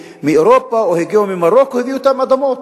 מאירופה או הגיעו ממרוקו הביאו אתם אדמות.